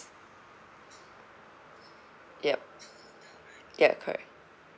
yup yup correct